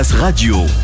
Radio